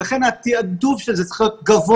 ולכן התעדוף של זה צריך להיות גבוה.